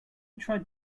tried